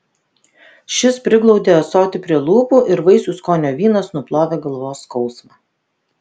šis priglaudė ąsotį prie lūpų ir vaisių skonio vynas nuplovė galvos skausmą